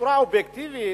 בצורה אובייקטיבית,